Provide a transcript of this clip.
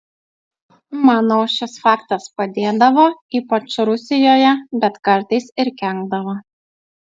manau šis faktas padėdavo ypač rusijoje bet kartais ir kenkdavo